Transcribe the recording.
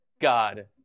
God